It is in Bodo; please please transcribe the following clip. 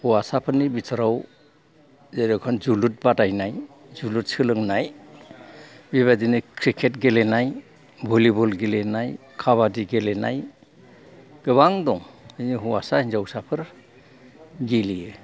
हौवासाफोरनि बिथोराव जेर'खम जोलुर बादायनाय जोलुर सोलोंनाय बेबायदिनो क्रिकेट गेलेनाय भलिबल गेलेनाय खाबादि गेलेनाय गोबां दं हौवासा हिनजावसाफोर गेलेयो